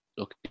Okay